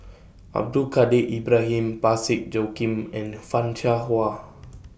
Abdul Kadir Ibrahim Parsick Joaquim and fan Shao Hua